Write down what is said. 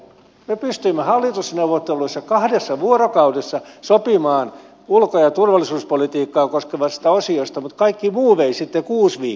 me pystyimme hallitusneuvotteluissa kahdessa vuorokaudessa sopimaan ulko ja turvallisuuspolitiikkaa koskevasta osiosta mutta kaikki muu vei sitten kuusi viikkoa